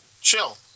chill